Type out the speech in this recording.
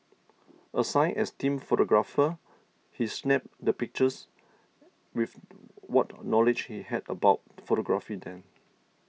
assigned as team photographer he snapped the pictures with what knowledge he had about photography then